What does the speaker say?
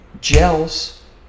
gels